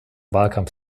wahlkampf